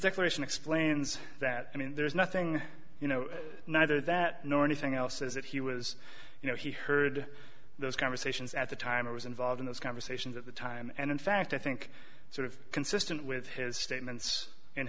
declaration explains that i mean there's nothing you know neither that nor anything else says that he was you know he heard those conversations at the time or was involved in those conversations at the time and in fact i think sort of consistent with his statements